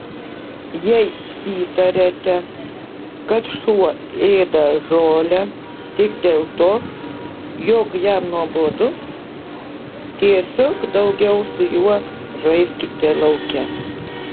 jei įtariate kad šuo ėda žolę tik dėl to jog jam nuobodu tiesiog daugiau su juo žaiskite lauke